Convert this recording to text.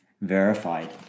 verified